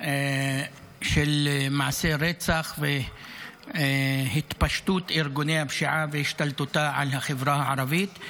של מעשי רצח והתפשטות ארגוני הפשיעה והשתלטותם על החברה הערבית,